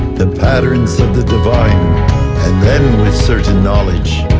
the patterns of the divine and then with certain knowledge,